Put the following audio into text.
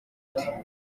ute